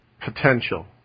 Potential